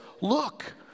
look